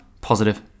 Positive